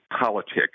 politics